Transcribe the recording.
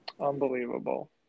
Unbelievable